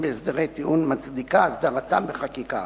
בהסדרי טיעון מצדיקה הסדרתם בחקיקה.